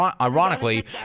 Ironically